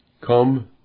come